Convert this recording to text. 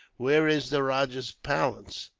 where is the rajah's palace?